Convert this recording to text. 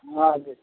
हजुर